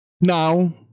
Now